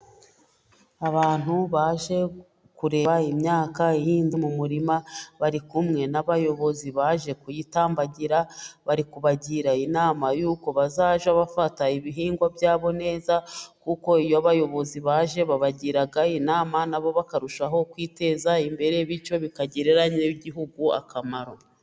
Abantu baje kureba imyaka ihinze mu murima, bari kumwe n'abayobozi baje kuyitambagira, bari kubagira inama y'uko bazajya bafata ibihingwa bya bo neza, kuko iyo abayobozi baje babagira inama na bo bakarushaho kwiteza imbere, bityo bikagirira igihugu akamaro.